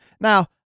Now